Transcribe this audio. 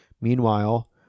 Meanwhile